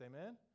amen